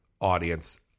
audience